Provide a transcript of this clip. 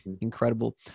incredible